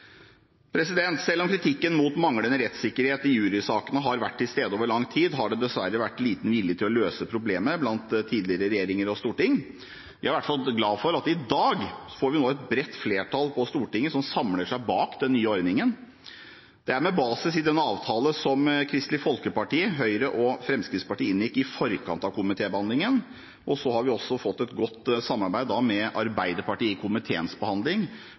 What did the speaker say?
rettssaler. Selv om kritikken mot manglende rettssikkerhet i jurysakene har vært til stede over lang tid, har det dessverre vært liten vilje til å løse problemet blant tidligere regjeringer og storting. Vi er i hvert fall glad for at vi i dag nå får et bredt flertall på Stortinget som samler seg bak den nye ordningen. Det er med basis i den avtale som Kristelig Folkeparti, Høyre og Fremskrittspartiet inngikk i forkant av komitébehandlingen, og så har vi også fått et godt samarbeid med Arbeiderpartiet i komiteens behandling